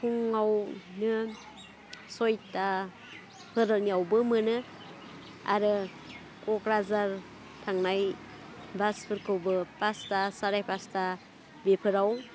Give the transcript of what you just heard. फुङावनो सयथा फोरनियावबो मोनो आरो क'क्राझार थांनाय बासफोरखौबो फासथा साराय फासथा बेफोराव